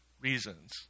reasons